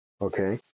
okay